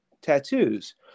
tattoos